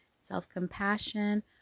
self-compassion